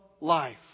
life